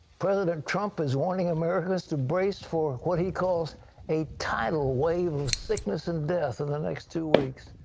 president trump is warning americans to brace for what he calls a tidal wave of sickneses and death in the next two weeks.